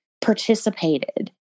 participated